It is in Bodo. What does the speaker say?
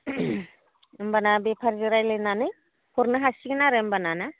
होनबाना बेफारिजों रायज्लायनानै हरनो हासिगोन आरो होम्बाना ना